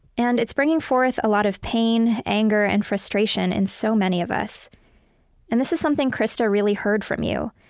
and it's bringing forth a lot of pain, anger, and frustration in so many of us and this is something krista really heard this from you,